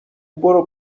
برو